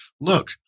Look